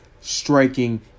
striking